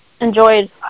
Enjoyed